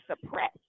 suppress